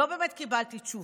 לא באמת קיבלתי תשובה.